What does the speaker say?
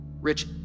Rich